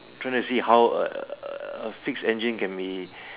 trying to see how err fix engine can be